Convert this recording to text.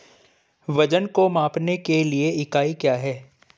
वजन को मापने के लिए इकाई क्या है?